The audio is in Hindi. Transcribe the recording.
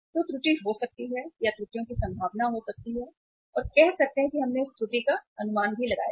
तो त्रुटि हो सकती है या त्रुटियों की संभावना हो सकती है और कह सकते हैं कि हमने उस त्रुटि का भी अनुमान लगाया है